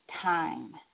time